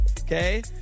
okay